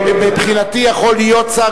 מבחינתי יכול להיות שר,